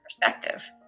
perspective